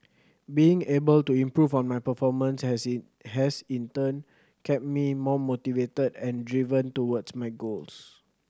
being able to improve on my performance has in has in turn kept me more motivated and driven towards my goals